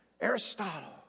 Aristotle